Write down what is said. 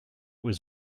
was